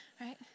right